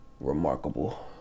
remarkable